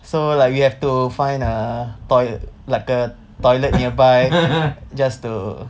so like we have to find a toi~ like a toilet nearby just to